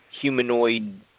humanoid